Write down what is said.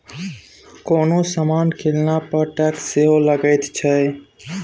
कोनो समान कीनला पर टैक्स सेहो लगैत छै